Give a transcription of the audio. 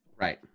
Right